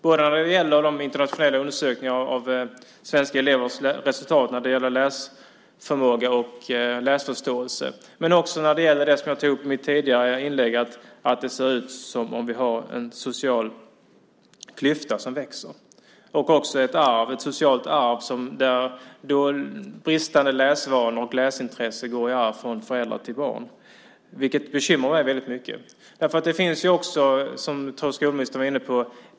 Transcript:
Det gäller både resultaten i internationella undersökningar som gäller läsförmåga och läsförståelse och att det, som jag nämnde i mitt tidigare inlägg, ser ut som att vi har en social klyfta som växer. Det finns ett socialt arv där dåliga läsvanor och bristande läsintresse går i arv från föräldrar till barn. Det bekymrar mig mycket. Det finns också, som skolministern var inne på .